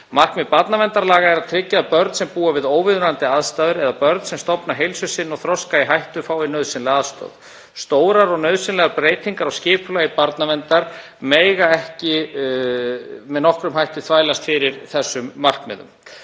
Markmið barnaverndarlaga er að tryggja að börn sem búa við óviðunandi aðstæður eða börn sem stofna heilsu sinni og þroska í hættu fái nauðsynlega aðstoð. Stórar og nauðsynlegar breytingar á skipulagi barnaverndar mega ekki með nokkrum hætti þvælast fyrir þessum markmiðum.